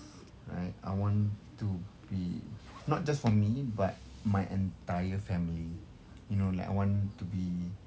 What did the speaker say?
right I want to be not just for me but my entire family you know like want to be